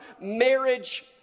marriage